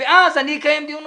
ואז אני אקיים דיון נוסף,